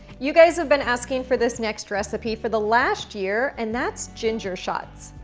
you guys have been asking for this next recipe for the last year and that's ginger shots.